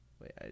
Wait